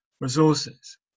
resources